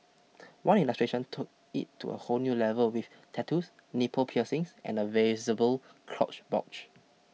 one illustration took it to a whole new level with tattoos nipple piercings and a visible crotch bulge